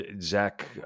Zach